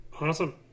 awesome